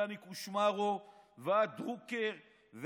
מדני קושמרו ועד דרוקר,